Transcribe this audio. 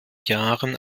jahren